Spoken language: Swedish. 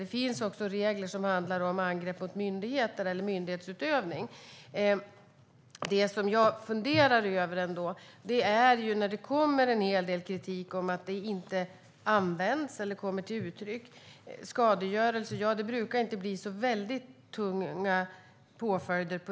Det finns också regler som handlar om angrepp mot myndigheter eller myndighetsutövning. Jag funderar ändå över något. Det kommer en hel del kritik om att det inte används eller kommer till uttryck. För skadegörelse brukar det inte bli särskilt tunga påföljder.